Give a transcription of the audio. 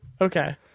Okay